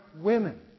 women